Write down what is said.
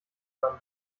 beim